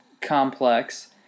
complex